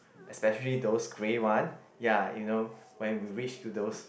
especially those grey one ya you know when we reach to those